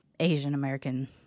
Asian-American